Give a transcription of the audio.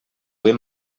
ben